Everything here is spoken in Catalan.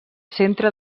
centre